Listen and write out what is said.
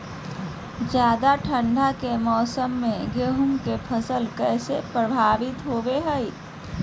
ज्यादा ठंड के मौसम में गेहूं के फसल कैसे प्रभावित होबो हय?